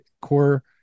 core